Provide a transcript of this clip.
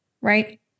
right